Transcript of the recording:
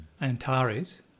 Antares